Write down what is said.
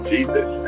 Jesus